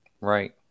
Right